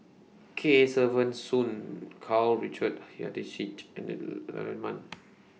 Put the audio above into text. Kesavan Soon Karl Richard and Man